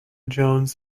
jones